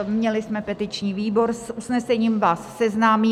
Měli jsme petiční výbor, s usnesením vás seznámí.